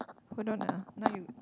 hold on ah now you